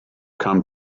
come